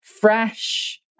Fresh